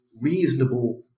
reasonable